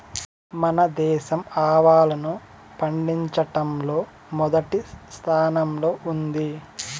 మన దేశం ఆవాలను పండిచటంలో మొదటి స్థానం లో ఉంది